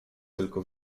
tylko